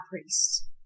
priest